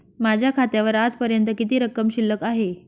माझ्या खात्यावर आजपर्यंत किती रक्कम शिल्लक आहे?